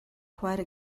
quite